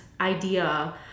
idea